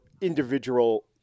individual